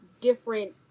different